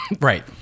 Right